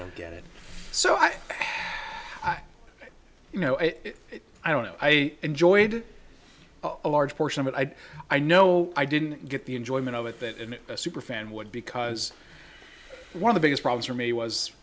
don't get it so i you know i don't know i enjoyed a large portion of it i know i didn't get the enjoyment of it that a super fan would because one of the biggest problems for me was